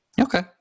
okay